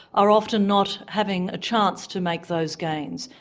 are often not having a chance to make those gains,